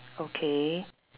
okay